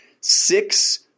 six